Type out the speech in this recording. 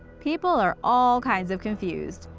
people are all kinds of confused.